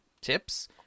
tips